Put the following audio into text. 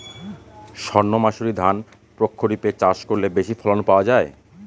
সর্ণমাসুরি ধান প্রক্ষরিপে চাষ করলে বেশি ফলন পাওয়া যায়?